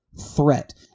threat